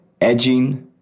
Edging